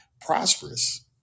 prosperous